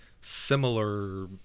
similar